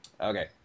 Okay